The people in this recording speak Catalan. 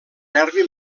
nervi